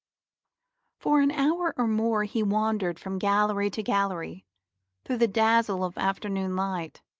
for an hour or more he wandered from gallery to gallery through the dazzle of afternoon light,